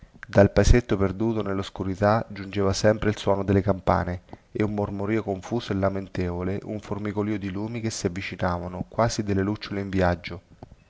dal paesetto perduto nelloscurità giungeva sempre il suono delle campane e un mormorío confuso e lamentevole un formicolío di lumi che si avvicinavano come delle lucciole in viaggio